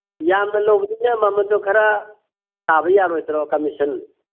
ꯌꯥꯝꯅ ꯂꯧꯕꯅꯤꯅ ꯃꯃꯟꯗꯣ ꯈꯔ ꯇꯥꯕ ꯌꯥꯔꯣꯏꯗ꯭ꯔꯣ ꯀꯃꯤꯁꯟ